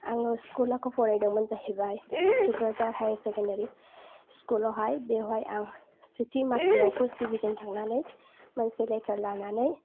आङो स्कुल खौ फरायदोंमोन जाहैबाय टुक्राझार हाइसेकेन्डारि स्कुल आवहाय बेवहाय आं सेथि मासियाव पार्स्ट डिभिसन थांनानै मोनसे लेटार लानानै